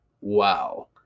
Wow